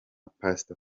pastor